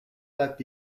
that